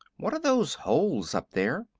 what are those holes up there?